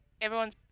everyone's